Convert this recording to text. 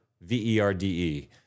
V-E-R-D-E